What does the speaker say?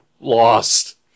lost